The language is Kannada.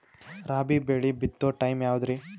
ರಾಬಿ ಬೆಳಿ ಬಿತ್ತೋ ಟೈಮ್ ಯಾವದ್ರಿ?